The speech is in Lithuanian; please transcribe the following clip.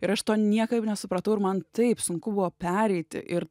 ir aš to niekaip nesupratau ir man taip sunku buvo pereiti ir